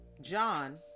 John